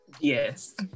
Yes